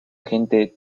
gente